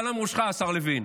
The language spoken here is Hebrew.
גם על ראשך, השר לוין.